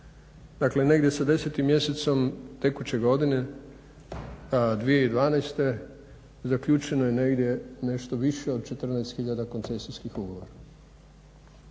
Dakle negdje sa 10. mjesecom tekuće godine 2012. zaključeno je negdje nešto više od 14 hiljada koncesijskih ugovora,